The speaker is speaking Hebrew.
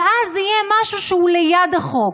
ואז יהיה משהו שהוא ליד החוק.